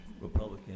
Republican